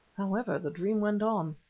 however, the dream went on.